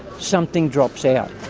something drops out,